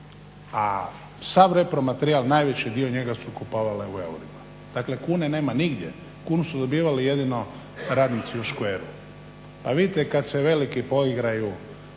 a sav repromaterijal, najviši dio njega su kupovale u eurima, dakle kune nema nigdje, kunu su dobivali jedino radnici u škveru. Pa vidite kad se veliki poigraju